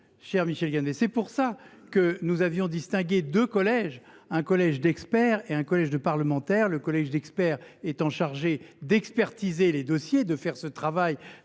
pour laquelle, cher collègue, nous avions distingué deux collèges, un collège d’experts et un collège de parlementaires : le collège d’experts était chargé d’expertiser les dossiers et de réaliser ce travail